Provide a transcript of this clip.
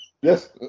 Yes